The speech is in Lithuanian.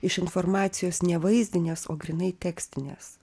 iš informacijos ne vaizdinės o grynai tekstinės